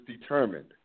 determined